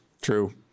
True